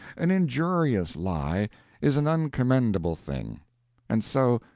an injurious lie is an uncommendable thing and so,